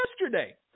yesterday